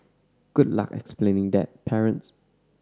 good luck explaining that parents